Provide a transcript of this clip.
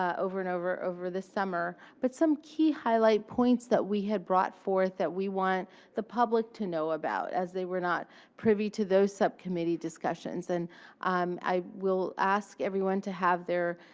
over and over, over the summer. but some key highlight points that we had brought forth that we want the public to know about, as they were not privy to those subcommittee discussions. and um i will ask everyone to have their